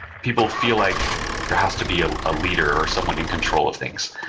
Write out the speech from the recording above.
people feel like there has to be a ah leader or someone in control of things.